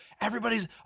everybody's